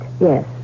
Yes